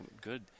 Good